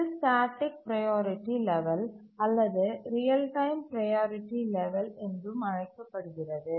இது static priority level அல்லது real time priority level என்றும் அழைக்கப்படுகிறது